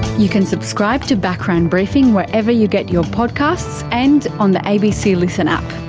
you can subscribe to background briefing wherever you get your podcasts, and on the abc listen app.